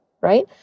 right